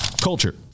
Culture